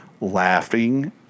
laughing